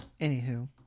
Anywho